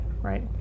right